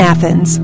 Athens